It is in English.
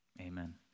amen